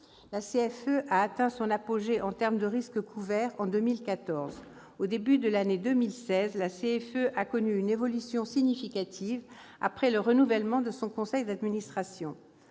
La Caisse a atteint son apogée en termes de risques couverts en 2014. Au début de l'année 2016, la CFE a connu une évolution significative après le renouvellement de son conseil d'administration.